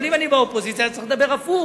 אם אני באופוזיציה, אני צריך לדבר הפוך.